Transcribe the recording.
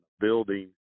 building